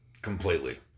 Completely